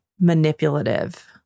manipulative